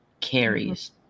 carries